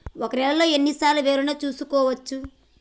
ఒక నెలలో ఎన్ని సార్లు వివరణ చూసుకోవచ్చు?